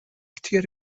tír